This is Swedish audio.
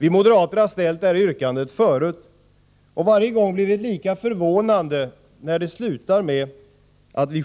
Vi moderater har ställt detta yrkande förut och har varje gång blivit lika förvånade när det slutat med att vi